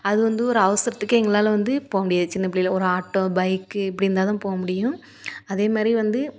அது வந்து ஒரு அவசரத்துக்கு எங்களால் வந்து போக முடியாது சின்னப் பிள்ளையில் ஒரு ஆட்டோ பைக்கு இப்படி இருந்தால்தான் போக முடியும் அதே மாதிரி வந்து